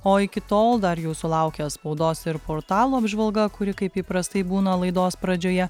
o iki tol dar jūsų sulaukia spaudos ir portalų apžvalga kuri kaip įprastai būna laidos pradžioje